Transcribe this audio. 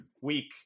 week